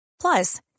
Plus